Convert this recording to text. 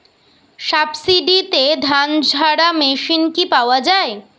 সাবসিডিতে ধানঝাড়া মেশিন কি পাওয়া য়ায়?